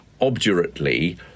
obdurately